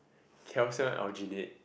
calcium Algenate